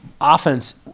offense